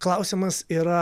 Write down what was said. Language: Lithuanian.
klausimas yra